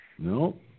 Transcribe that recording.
No